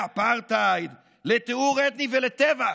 לאפרטהייד, לטיהור אתני ולטבח.